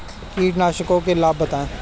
कीटनाशकों के लाभ बताएँ?